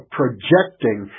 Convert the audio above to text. projecting